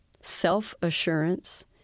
self-assurance